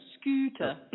Scooter